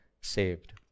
saved